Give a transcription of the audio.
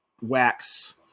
wax